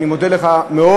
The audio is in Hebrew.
אני מודה לך מאוד.